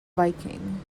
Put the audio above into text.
viking